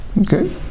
Okay